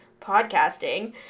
podcasting